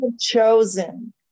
chosen